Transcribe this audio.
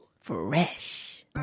Fresh